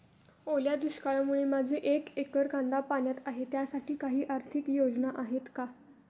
ओल्या दुष्काळामुळे माझे एक एकर कांदा पाण्यात आहे त्यासाठी काही आर्थिक योजना आहेत का?